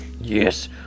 Yes